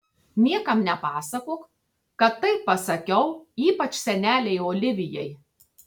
niekam nepasakok kad taip pasakiau ypač senelei olivijai